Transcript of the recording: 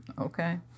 okay